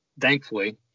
thankfully